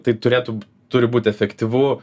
tai turėtų turi būt efektyvu